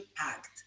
act